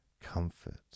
comfort